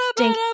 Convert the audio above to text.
ding